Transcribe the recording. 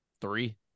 three